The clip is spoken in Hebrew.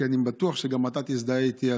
כי אני בטוח שגם אתה תזדהה איתי,